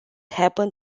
happened